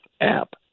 app